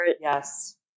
Yes